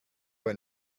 what